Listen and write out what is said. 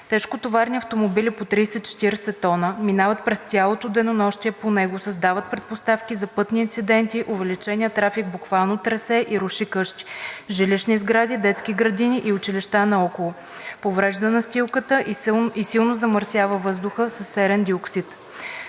Тежкотоварни автомобили по 30 – 40 тона минават през цялото денонощие по него, създават предпоставки за пътни инциденти, увеличеният трафик буквално тресе и руши къщи, жилищни сгради, детски градини и училища наоколо, поврежда настилката и силно замърсява въздуха със серен диоксид.